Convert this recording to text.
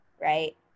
right